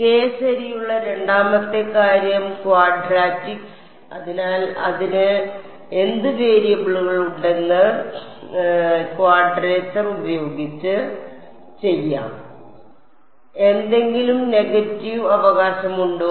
K ശരിയുള്ള രണ്ടാമത്തെ കാര്യം ക്വാഡ്രാറ്റിക്സ് അതിനാൽ അതിന് എന്ത് വേരിയബിളുകൾ ഉണ്ടെന്ന് ക്വാഡ്രേച്ചർ ഉപയോഗിച്ച് ചെയ്യാം എന്തെങ്കിലും നെഗറ്റീവ് അവകാശം ഉണ്ടോ